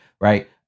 Right